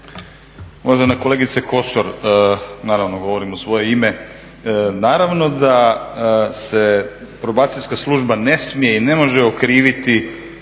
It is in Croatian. Uvažena kolegice Kosor, naravno govorim u svoje ime, naravno da se Probacijska služba ne smije i ne može okriviti